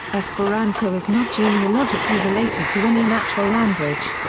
esperanto is not genealogically related to any natural language.